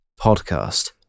podcast